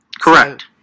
Correct